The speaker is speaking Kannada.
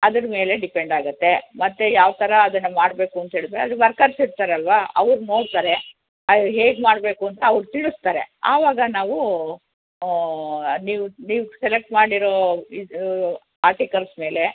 ಅದ್ರ ಮೇಲೆ ಡಿಪೆಂಡ್ ಆಗತ್ತೆ ಮತ್ತು ಯಾವ ಥರ ಅದನ್ನು ಮಾಡಬೇಕು ಅಂತ ಹೇಳಿದರೆ ಅದು ವರ್ಕರ್ಸ್ ಇರ್ತಾರಲ್ಲವಾ ಅವ್ರು ನೋಡ್ತಾರೆ ಹೇಗೆ ಮಾಡಬೇಕು ಅಂತ ಅವ್ರು ತಿಳಿಸ್ತಾರೆ ಅವಾಗ ನಾವು ಅದು ನೀವು ನೀವು ಸೆಲೆಕ್ಟ್ ಮಾಡಿರೋ ಇದು ಆರ್ಟಿಕಲ್ಸ್ ಮೇಲೆ